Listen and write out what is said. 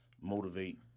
motivate